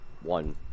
one